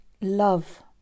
love